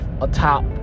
atop